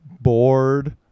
bored